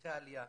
שליחי העלייה,